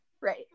Right